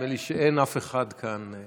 נדמה לי שאין אף אחד כאן.